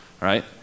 right